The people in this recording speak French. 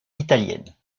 italienne